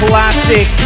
Classic